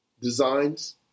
designs